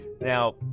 now